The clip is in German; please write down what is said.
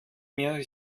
mehr